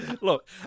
Look